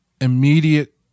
immediate